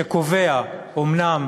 שקובע אומנם